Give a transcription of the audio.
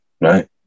Right